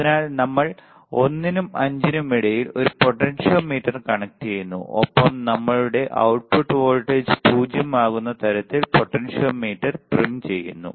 അതിനാൽ നമ്മൾ 1 നും 5 നും ഇടയിൽ ഒരു പൊട്ടൻഷ്യോമീറ്റർ കണക്റ്റുചെയ്യുന്നു ഒപ്പം നമ്മളുടെ output വോൾട്ടേജ് 0 ആകുന്ന തരത്തിൽ പൊട്ടൻഷ്യോമീറ്റർ ട്രിം ചെയ്യുന്നു